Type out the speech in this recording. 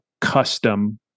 custom